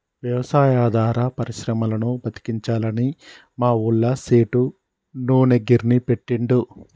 వ్యవసాయాధార పరిశ్రమలను బతికించాలని మా ఊళ్ళ సేటు నూనె గిర్నీ పెట్టిండు